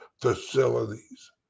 facilities